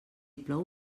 plou